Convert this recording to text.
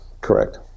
Correct